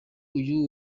uyu